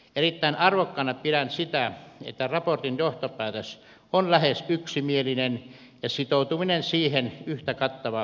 erittäin arvokkaana pidän sitä että raportin johtopäätös on lähes yksimielinen ja sitoutuminen siihen yhtä kattava eduskuntapuolueissa